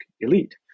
elite